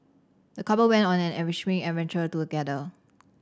the couple went on an enriching adventure together